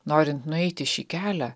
norint nueiti šį kelią